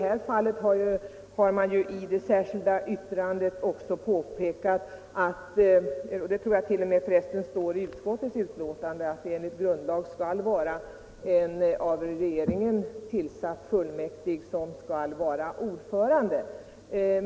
I det särskilda yttrandet påpekas — det står t.o.m. i utskottets betänkande tror jag — att enligt grundlagen en av regeringen tillsatt fullmäktig skall vara ordförande.